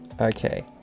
Okay